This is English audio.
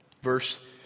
Verse